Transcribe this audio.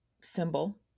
symbol